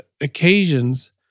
occasions